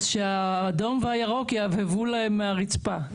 אז שהירוק והאדום יהבהבו להם מהרצפה,